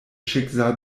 schicksal